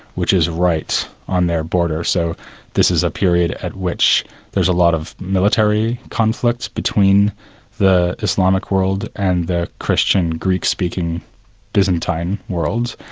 which is right on their border, so this is a period at which there's a lot of military conflict between the islamic world and the christian greek-speaking byzantine world.